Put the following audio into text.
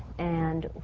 and